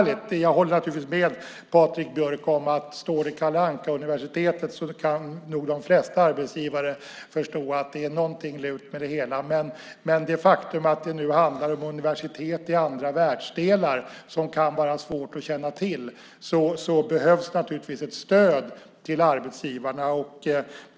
Jag håller naturligtvis med Patrik Björck om att står det Kalle Anka-universitetet kan nog de flesta arbetsgivare förstå att det är något lurt med det hela, men när det handlar om universitet som kan vara svåra att känna till i andra världsdelar behövs naturligtvis ett stöd till arbetsgivarna.